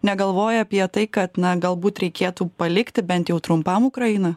negalvoja apie tai kad na galbūt reikėtų palikti bent jau trumpam ukrainą